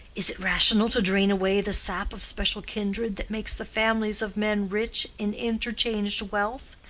is it rational to drain away the sap of special kindred that makes the families of men rich in interchanged wealth,